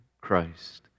Christ